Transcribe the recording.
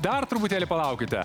dar truputėlį palaukite